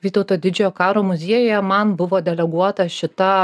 vytauto didžiojo karo muziejuje man buvo deleguota šita